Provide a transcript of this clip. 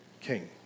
king